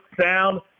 sound